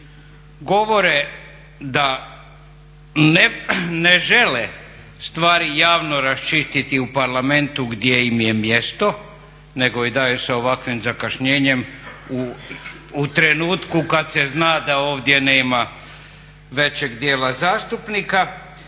Govore da ne žele stvari javno raščistiti u parlamentu gdje im je mjesto nego da je sa ovakvim zakašnjenjem u trenutku kad se zna da ovdje nema većeg dijela zastupnika